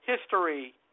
history